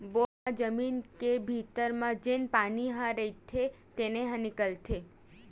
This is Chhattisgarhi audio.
बोर म जमीन के भीतरी म जेन पानी ह रईथे तेने ह निकलथे